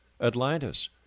Atlantis